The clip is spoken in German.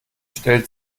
stellt